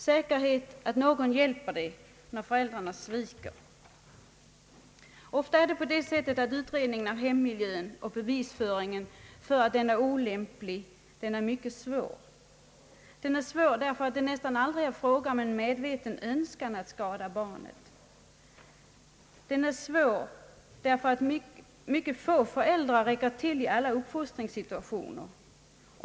Säkerhet att någon hjälper det när föräldrarna sviker? Ofta är utredningen av hemmiljön och bevisföringen för att denna är olämplig mycket svåra. Det är svårt därför att det nästan aldrig är fråga om en medveten önskan att skada barnet. Det är svårt därför att mycket få föräldrar räcker till i alla uppfostringssituationer.